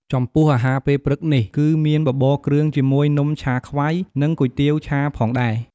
ចំពោះអាហារពេលព្រឹកនេះ គឺមានបបរគ្រឿងជាមួយនំឆាខ្វៃ និងគុយទាវឆាផងដែរ។